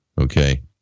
Okay